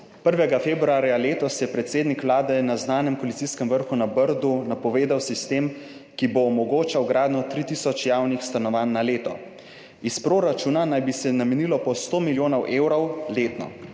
1. februarja letos je predsednik Vlade na znanem koalicijskem vrhu na Brdu napovedal sistem, ki bo omogočal gradnjo tri tisoč javnih stanovanj na leto. Iz proračuna naj bi se namenilo po 100 milijonov evrov letno.